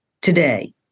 today